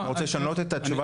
אתה רוצה לשנות את תשובתך?